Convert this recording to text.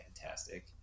fantastic